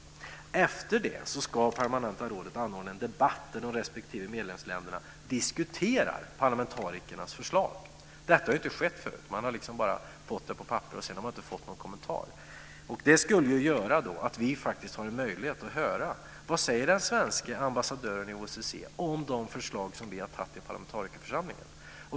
Efter det ska det permanenta rådet anordna en debatt där de respektive medlemsländerna diskuterar parlamentarikernas förslag. Detta har ju inte skett förut. Man har bara fått det på papper, och sedan har man inte fått någon kommentar. Det skulle göra att vi faktiskt får en möjlighet att höra vad den svenske ambassadören i OSSE säger om de förslag som vi har antagit i parlamentarikerförsamlingen.